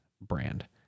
brand